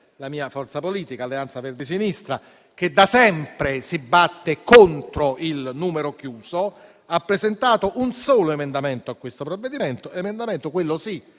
la mia forza politica, Alleanza Verdi e Sinistra, che da sempre si batte contro il numero chiuso, ha presentato un solo emendamento a questo provvedimento, emendamento - quello sì